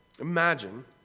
Imagine